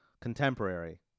Contemporary